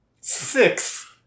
six